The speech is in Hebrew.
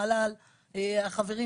המל"ל, החברים